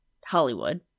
Hollywood